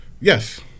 Yes